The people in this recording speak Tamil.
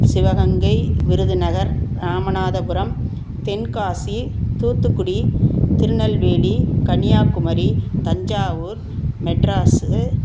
சிவகங்கை விருதுநகர் ராமநாதபுரம் தென்காசி தூத்துக்குடி திருநெல்வேலி கன்னியாகுமரி தஞ்சாவூர் மெட்ராஸு